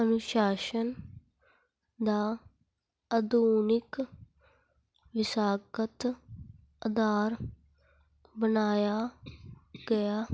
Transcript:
ਅਨੁਸ਼ਾਸਨ ਦਾ ਆਧੁਨਿਕ ਵਿਸ਼ਾਗਤ ਅਧਾਰ ਬਣਾਇਆ ਗਿਆ